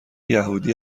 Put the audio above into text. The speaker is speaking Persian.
یهودی